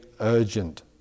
urgent